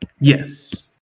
yes